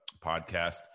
podcast